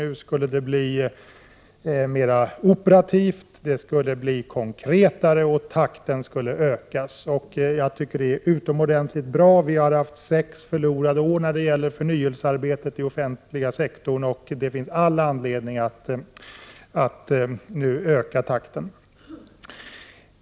Nu skulle det bli mer operativt, det skulle bli mer konkret och takten skulle öka. Det är utomordentligt bra. Vi har haft sex förlorade år när det gäller förnyelsearbetet i den offentliga sektorn, och det finns all anledning att nu öka takten.